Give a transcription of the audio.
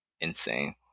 insane